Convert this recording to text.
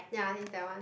ya I think it's that one